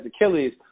Achilles